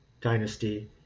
dynasty